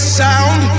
sound